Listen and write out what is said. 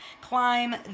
climb